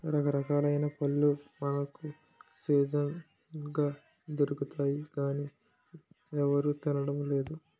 రకరకాలైన పళ్ళు మనకు సీజనల్ గా దొరుకుతాయి గానీ ఎవరూ తినడం లేదు